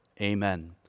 Amen